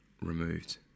removed